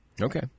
Okay